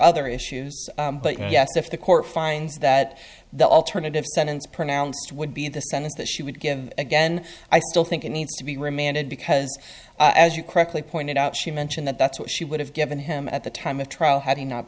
other issues but yes if the court finds that the alternative sentence pronounced would be the sentence that she would give again i still think it needs to be remanded because as you correctly pointed out she mentioned that that's what she would have given him at the time of trial had